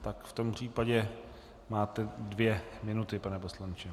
Tak v tom případě máte dvě minuty, pane poslanče.